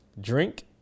drink